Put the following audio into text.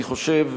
אני חושב,